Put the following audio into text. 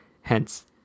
hence